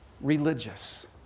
religious